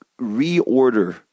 reorder